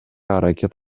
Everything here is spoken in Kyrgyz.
аракет